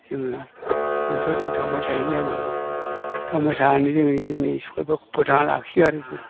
जोङो जोंथ' जों थांबाय थायो जेब्लायबो थांबाय थानानै जोङो जोंनि स्कुलफोरखौ फोथांनानै लाखियो आरो जों